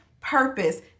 purpose